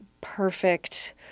perfect